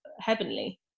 heavenly